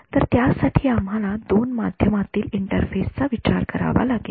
तर त्यासाठी आम्हाला दोन माध्यमांमधील इंटरफेस चा विचार करावा लागेल